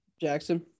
Jackson